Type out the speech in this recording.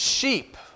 Sheep